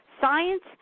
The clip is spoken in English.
Science